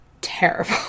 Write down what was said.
terrible